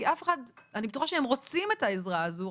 אני בטוחה שהם רוצים את העזרה הזו,